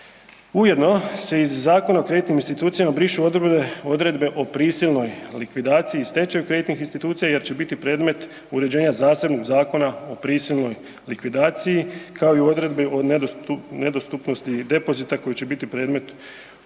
Ujedno se iz Zakona o kreditnim institucijama brišu odredbe o prisilnoj likvidaciji i stečaju kreditnih institucija jer će biti predmet uređenja zasebnih zakona o prisilnoj likvidaciji, kao i odredbi o nedostupnosti depozita koji će biti predmet uređenja